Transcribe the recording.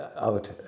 out